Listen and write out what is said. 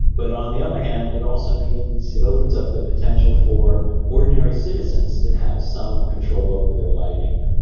but on the other hand it also means it opens up the potential for ordinary citizens to have some control over their lighting.